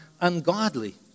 ungodly